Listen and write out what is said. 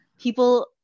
People